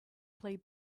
play